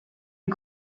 une